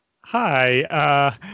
Hi